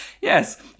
Yes